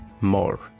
more